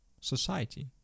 society